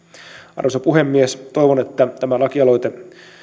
arvoisa puhemies toivon että tämä lakialoite